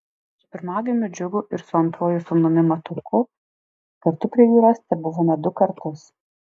su pirmagimiu džiugu ir su antruoju sūnumi matuku kartu prie jūros tebuvome du kartus